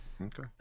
Okay